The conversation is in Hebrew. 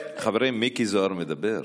חברים, מיקי זוהר מדבר.